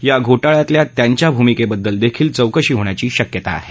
या घोटाळ्यातल्या त्यांच्या भूमिकेबद्दल देखील चौकशी होण्याची शक्यता आहे